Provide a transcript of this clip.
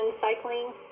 cycling